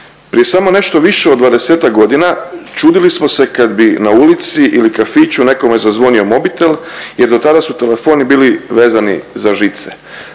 Prije samo nešto više od 20-ak godina čudili smo se kad bi na ulici ili kafiću zazvonio mobitel jer dotada su telefoni bili vezani za žice,